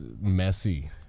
messy